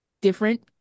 different